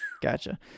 Gotcha